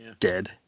dead